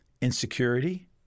insecurity